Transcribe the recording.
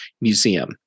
Museum